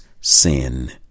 sin